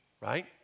right